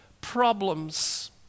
problems